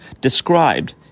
described